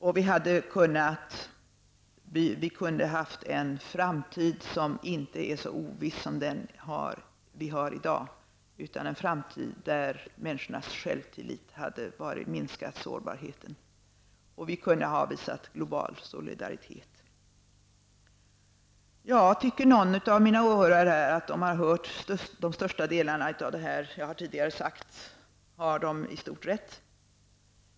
Framtiden hade inte varit så oviss. Människornas självtillit hade minskat sårbarheten. Vi hade kunna visat global solidaritet. Tycker någon av mina åhörare att han eller hon har hört större delen av vad jag nu har sagt har vederbörande i stort sett rätt.